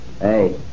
Hey